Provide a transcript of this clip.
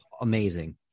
Amazing